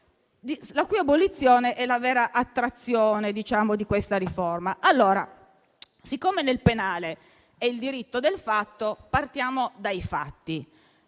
la cui abolizione è la vera attrazione di questa riforma. Siccome il penale è il diritto del fatto, partiamo dai fatti.